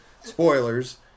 spoilers